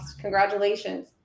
congratulations